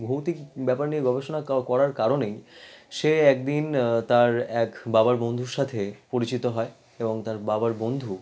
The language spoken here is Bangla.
ভৌতিক ব্যাপার নিয়ে গবেষণা করার কারণেই সে একদিন তার এক বাবার বন্ধুর সাথে পরিচিত হয় এবং তার বাবার বন্ধু